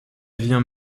vient